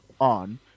on